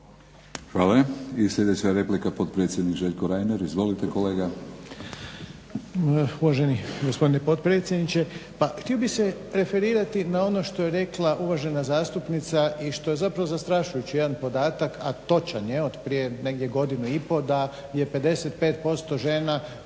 Hvala. I sljedeća replika potpredsjednik Željko Reiner. Izvolite kolega. **Reiner, Željko (HDZ)** Uvaženi gospodine potpredsjedniče, pa htio bih se referirati na ono što je rekla uvažena zastupnica i što je zapravo zastrašujući jedan podatak a točan je od prije negdje godinu i pol da je 55% žena prestalo